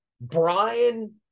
Brian